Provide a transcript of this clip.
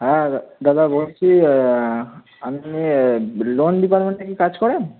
হ্যাঁ দা দাদা বলছি আপনি লোন ডিপারমেন্টে কি কাজ করেন